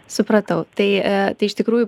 supratau tai tai iš tikrųjų